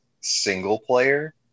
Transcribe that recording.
single-player